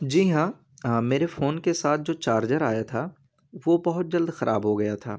جی ہاں میرے فون کے ساتھ جو چارجر آیا تھا وہ بہت جلد خراب ہو گیا تھا